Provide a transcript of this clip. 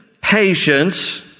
patience